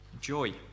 Joy